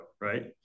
right